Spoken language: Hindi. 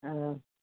हाँ